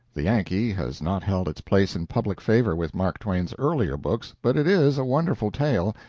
the yankee has not held its place in public favor with mark twain's earlier books, but it is a wonderful tale,